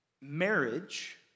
marriage